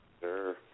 Sure